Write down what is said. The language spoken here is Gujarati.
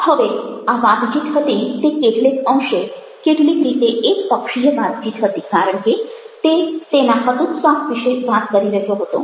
હવે આ વાતચીત હતી તે કેટલેક અંશે કેટલીક રીતે એકપક્ષીય વાતચીત હતી કારણ કે તે તેના હતોત્સાહ વિશે વાત કરી રહ્યો હતો